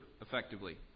effectively